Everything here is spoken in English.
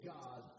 God